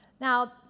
now